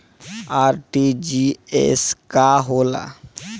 RTGS का होला?